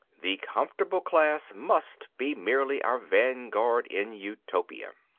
the comfortable class must be merely our vanguard in utopia.